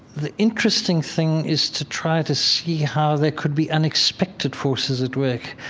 the interesting thing is to try to see how there could be unexpected forces at work.